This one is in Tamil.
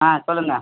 ஆ சொல்லுங்க